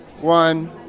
one